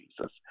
Jesus